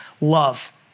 Love